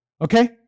okay